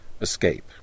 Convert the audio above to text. Escape